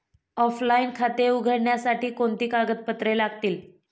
Offline खाते उघडण्यासाठी कोणती कागदपत्रे लागतील?